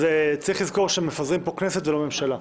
אז צריך לזכור שמפזרים פה כנסת ולא ממשלה,